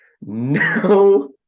no